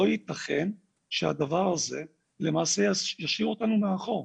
לא יתכן שהדבר הזה למעשה ישאיר אותנו מאחור.